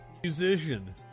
Musician